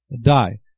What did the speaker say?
Die